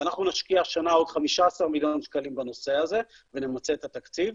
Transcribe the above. ואנחנו נשקיע השנה עוד 15 מיליון שקלים בנושא הזה ונמצה את התקציב.